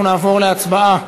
אנחנו נעבור להצבעה,